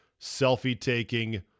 selfie-taking